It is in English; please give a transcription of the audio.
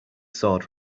sword